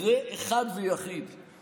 מקרה אחד ויחיד,